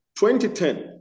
2010